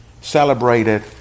celebrated